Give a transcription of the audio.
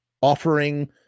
offering